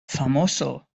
famoso